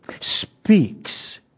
Speaks